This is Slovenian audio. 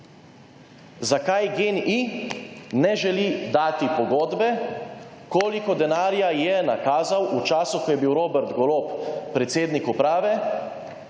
Zakaj GEN-I ne želi dati pogodbe, koliko denarja je nakazal v času, ko je bil Robert Golob predsednik uprave